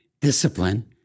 discipline